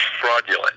fraudulent